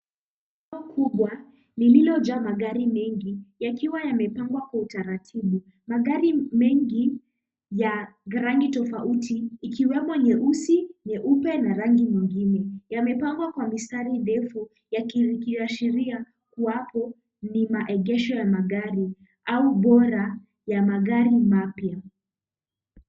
Eneo kubwa lililojaa magari mengi, yakiwa yamepangwa kwa utaratibu. Magari mengi ya rangi tofauti, ikiwemo nyeusi, nyeupe na rangi nyingine. Yamepangwa kwa mistari ndefu yakiashiria iwapo ni maegesho ya magari au bora ya magari mapya.